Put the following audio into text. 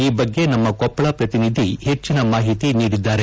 ಈ ಬಗ್ಗೆ ನಮ್ಮ ಕೊಪ್ಪಳ ಪ್ರತಿನಿಧಿ ಹೆಚ್ಚಿನ ಮಾಹಿತಿ ನೀಡಿದ್ದಾರೆ